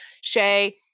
Shay